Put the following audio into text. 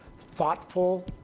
thoughtful